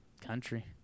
Country